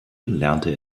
lernte